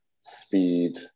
speed